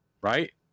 right